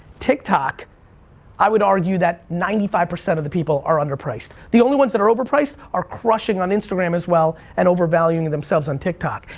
tiktok i would argue that ninety five percent of the people are under priced. the only ones that are overpriced are crushing on instagram, as well, and over-valuing themselves on tiktok.